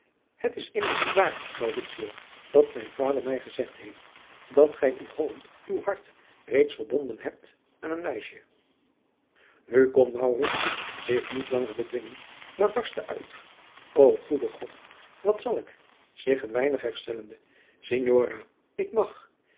het is immers niet waar mauritio dat mijn vader mij gezegd heeft dat gij in holland uw hart reeds verbonden hebt aan een meisje nu kon maurits zich niet langer bedwingen maar barstte uit o goede god wat zal ik zich een weinig herstellende signora ik mag